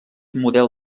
model